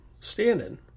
standing